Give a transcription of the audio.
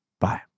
Bye